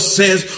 says